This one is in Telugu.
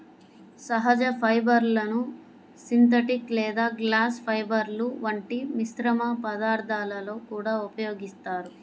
సహజ ఫైబర్లను సింథటిక్ లేదా గ్లాస్ ఫైబర్ల వంటి మిశ్రమ పదార్థాలలో కూడా ఉపయోగిస్తారు